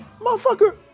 Motherfucker